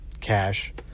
cash